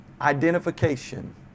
identification